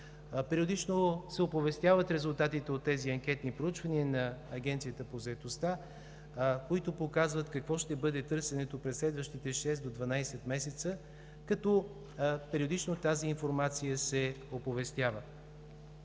Периодично се оповестяват резултатите от тези анкетни проучвания на Агенцията по заетостта, които показват какво ще бъде търсенето през следващите 6 до 12 месеца, като периодично тази информация се оповестява.